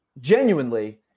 genuinely